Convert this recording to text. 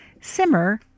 Simmer